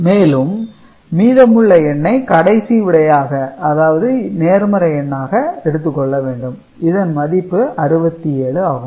மேலும் மீதமுள்ள எண்ணை கடைசி விடையாக அதாவது நேர்மறை எண்ணாக எடுத்துக்கொள்ள வேண்டும் இதன் மதிப்பு 67 ஆகும்